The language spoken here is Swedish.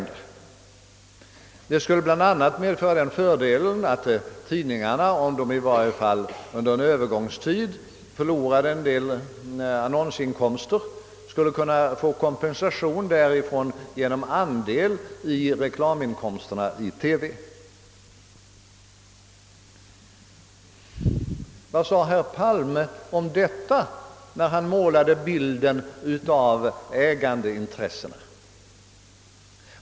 Detta skulle bl.a. ha den fördelen att tidningarna, om de under en övergångstid förlorade en del annonsinkomster, skulle kunna kompenseras därför genom andel i reklaminkomsterna i TV. Vad sade herr Palme om detta då han målade sin bild av ägandeintressena?